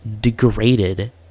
degraded